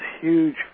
huge